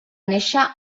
néixer